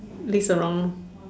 laze around